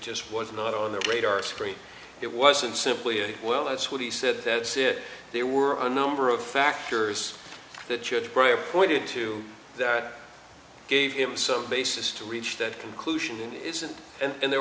just was not on the radar screen it wasn't simply well that's what he said that's it there were a number of factors that should grow pointed to that gave him some basis to reach that conclusion and in the